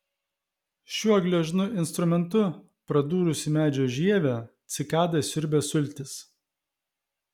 šiuo gležnu instrumentu pradūrusi medžio žievę cikada siurbia sultis